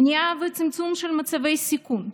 מניעה וצמצום של מצבי סיכון,